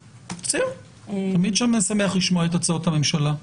תמיד שמח לשמוע את הצעות הממשלה.